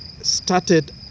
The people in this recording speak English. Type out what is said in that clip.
started